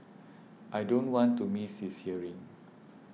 I don't want to miss his hearing